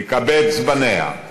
לקבץ בניה,